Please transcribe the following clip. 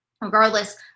Regardless